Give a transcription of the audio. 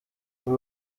uru